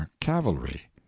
cavalry